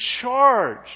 charge